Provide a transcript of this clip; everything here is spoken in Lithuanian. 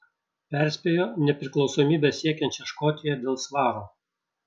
perspėjo nepriklausomybės siekiančią škotiją dėl svaro